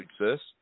exist